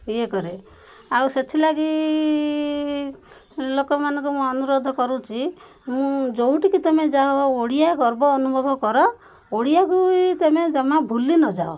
ଇଏ କରେ ଆଉ ସେଥିଲାଗି ଲୋକମାନଙ୍କୁ ମୁଁ ଅନୁରୋଧ କରୁଛି ମୁଁ ଯେଉଁଠିକି ତମେ ଯାଅ ଓଡ଼ିଆ ଗର୍ବ ଅନୁଭବ କର ଓଡ଼ିଆକୁ ବି ତମେ ଜମା ଭୁଲି ନଯାଅ